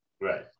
Right